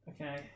Okay